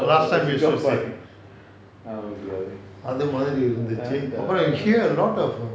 the last time use to stay அது மாரி இருந்துச்சி:athu maari irunthuchi here a lot of err